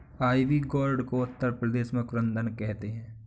ivy gourd को उत्तर प्रदेश में कुद्रुन कहते हैं